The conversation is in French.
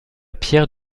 pierre